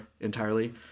entirely